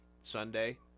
Sunday